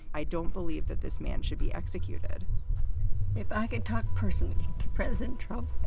i don't believe that this man should be executed if i could talk personally to president trump,